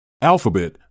Alphabet